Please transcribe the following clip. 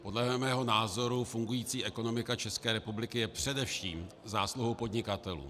Podle mého názoru fungující ekonomika České republiky je především zásluhou podnikatelů.